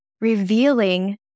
revealing